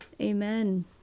amen